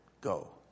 go